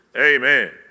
Amen